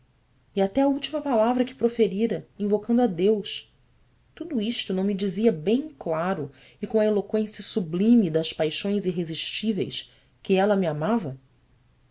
e até a última palavra que proferira invocando a deus tudo isto não me dizia bem claro e com a eloqüência sublime das paixões irresistíveis que ela me amava